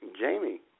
Jamie